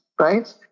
right